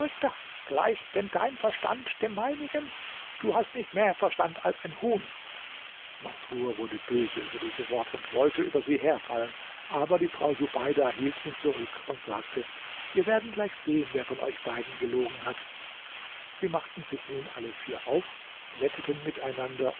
gleicht denn dein verstand dem meinigen du hast nicht mehr verstand als ein huhn masrur wurde böse über diese worte und wollte über sie herfallen aber die frau subeida hielt ihn zurück und sagte wir werden gleich sehen wer von euch beiden gelogen hat sie machten sich nun alle vier auf wetteten miteinander